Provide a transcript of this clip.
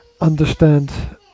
understand